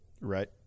Right